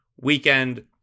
weekend